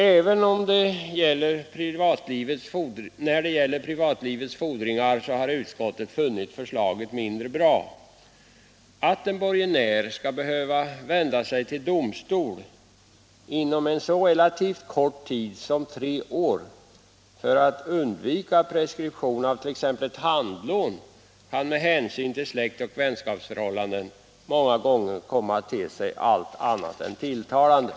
Även när det gäller privatlivets fordringar har utskottet funnit förslaget mindre bra. Att en borgenär skulle behöva vända sig till domstol inom en så relativt kort tid som tre år för att undvika preskription av t.ex. ett handlån kan med hänsyn till släktoch vänskapsförhållanden många gånger komma att te sig allt annat än tilltalande.